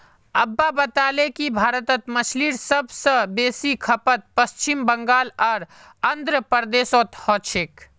अब्बा बताले कि भारतत मछलीर सब स बेसी खपत पश्चिम बंगाल आर आंध्र प्रदेशोत हो छेक